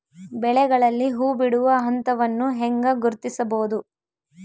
ಬೆಳೆಗಳಲ್ಲಿ ಹೂಬಿಡುವ ಹಂತವನ್ನು ಹೆಂಗ ಗುರ್ತಿಸಬೊದು?